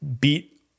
beat